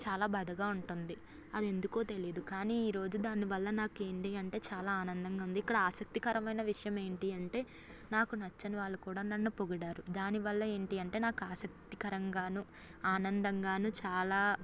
చాలా బాధగా ఉంటుంది అది ఎందుకో తెలియదు కాని ఈ రోజు దాని వల్ల నాకు ఏంటి అంటే నాకు చాలా ఆనందంగా ఉంది ఇక్కడ ఆసక్తికరమైన విషయం ఏంటి అంటే నాకు నచ్చని వాళ్ళు కూడా నన్ను పొగిడారు దాని వల్ల ఏంటి అంటే నాకు ఆసక్తికరం గాను ఆనందం గానూ చాలా